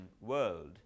world